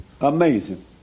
Amazing